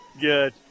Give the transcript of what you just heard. good